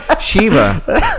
Shiva